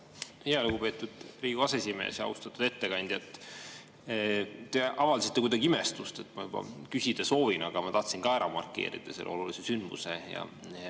Lugupeetud Riigikogu aseesimees! Austatud ettekandja! Te avaldasite kuidagi imestust, et ma juba küsida soovin, aga ma tahtsin ka ära markeerida selle olulise sündmuse.